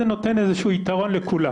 זה נותן איזשהו יתרון לכולם,